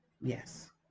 yes